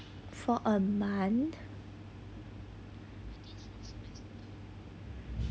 for a month